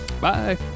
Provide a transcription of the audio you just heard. Bye